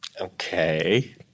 Okay